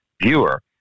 viewer